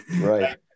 right